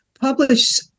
publish